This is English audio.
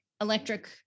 electric